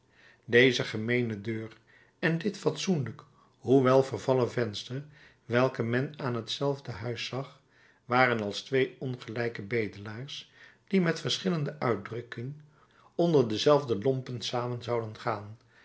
deze gemeene deur en dit fatsoenlijk hoewel vervallen venster welke men aan hetzelfde huis zag waren als twee ongelijke bedelaars die met verschillende uitdrukking onder dezelfde lompen samen zouden gaan